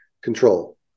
control